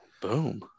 Boom